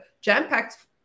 jam-packed